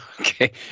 Okay